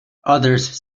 others